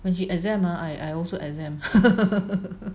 when she exam ah I I also exam